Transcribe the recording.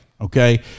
Okay